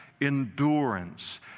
endurance